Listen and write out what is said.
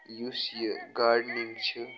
یُس یہِ گارڈنِنٛگ چھِ